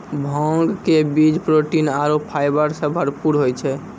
भांग के बीज प्रोटीन आरो फाइबर सॅ भरपूर होय छै